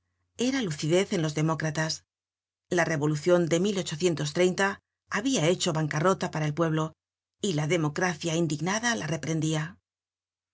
era lucidez en los demócratas la revolucion de habia hecho bancarrota para el pueblo y la democracia indignada la reprendia